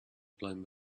blown